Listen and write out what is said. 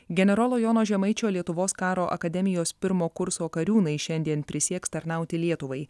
generolo jono žemaičio lietuvos karo akademijos pirmo kurso kariūnai šiandien prisieks tarnauti lietuvai